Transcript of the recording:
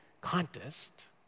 contest